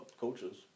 coaches